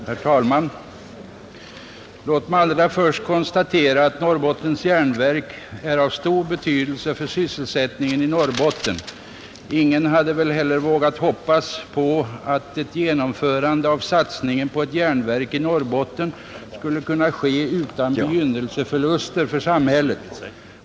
Herr talman! Låt mig allra först konstatera att Norrbottens Järnverk är av stor betydelse för sysselsättningen i Norrbotten. Ingen hade väl heller vågat hoppas på att ett genomförande av satsningen på ett järnverk i Norrbotten skulle kunna ske utan begynnelseförluster för samhället.